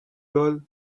girl